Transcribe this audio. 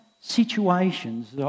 situations